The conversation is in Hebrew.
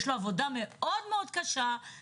יש לו עבודה מאוד מאוד קשה,